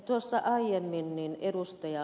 tuossa aiemmin ed